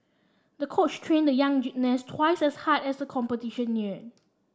the coach trained the young gymnast twice as hard as the competition neared